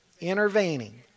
intervening